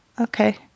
Okay